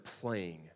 playing